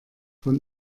von